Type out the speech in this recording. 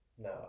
No